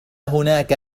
هناك